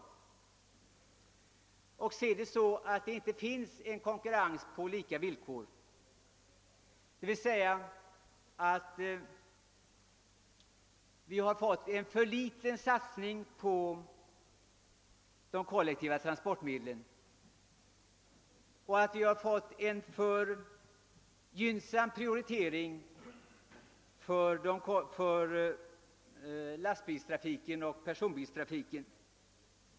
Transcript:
Man kan se det så att vi inte har någon konkurrens på li ka villkor, d.v.s. att vi har satsat för, litet på de kollektiva trafikmedlen och prioriterat lastbilsoch personbilstrafiken.